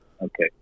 okay